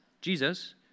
Jesus